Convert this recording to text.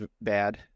bad